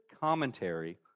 commentary